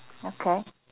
okay